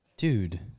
Dude